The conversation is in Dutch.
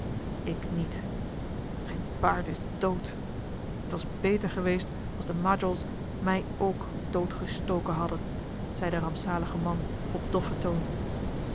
ik niet mijn paard is dood het was beter geweest als de majols mij ook doodgestoken hadden zei de rampzalige man op doffen toon